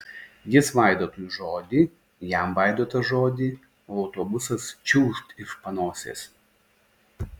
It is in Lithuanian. jis vaidotui žodį jam vaidotas žodį o autobusas čiūžt iš panosės